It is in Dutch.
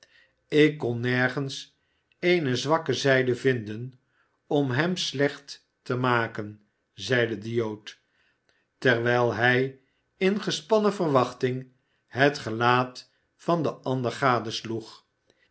ik kon nergens eene zwakke zijde vinden om hem slecht te maken zeide de jood terwijl hij in gespannen verwachting het gelaat van den